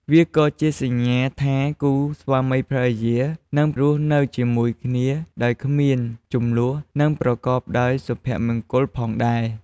វាក៏ជាសញ្ញាថាគូស្វាមីភរិយានឹងរស់នៅជាមួយគ្នាដោយគ្មានជម្លោះ និងប្រកបដោយសុភមង្គលផងដែរ។